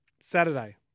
Saturday